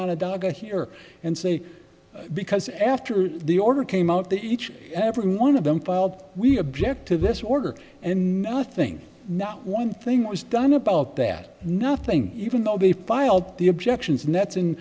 not a dog here and say because after the order came out that each and every one of them filed we object to this order and nothing not one thing was done about that nothing even though they filed the objections nets